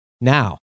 Now